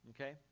Okay